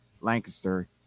Lancaster